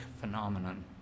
phenomenon